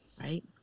right